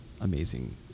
amazing